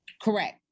Correct